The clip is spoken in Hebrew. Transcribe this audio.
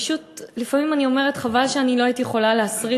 לפעמים אני אומרת שחבל שאני לא יכולה להסריט,